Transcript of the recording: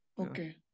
Okay